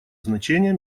значение